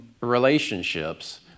relationships